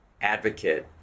advocate